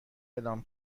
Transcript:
اعلام